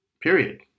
period